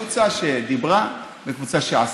קבוצה שדיברה וקבוצה שעשתה.